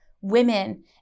women